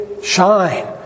Shine